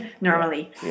normally